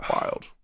wild